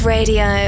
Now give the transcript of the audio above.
Radio